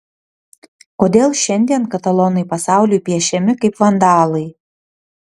kodėl šiandien katalonai pasauliui piešiami kaip vandalai